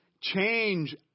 Change